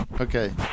Okay